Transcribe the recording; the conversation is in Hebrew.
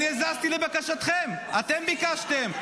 אני הזזתי, לבקשתכם, אתם ביקשתם.